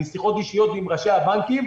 משיחות אישיות עם ראשי הבנקים,